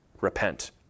repent